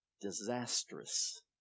disastrous